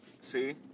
See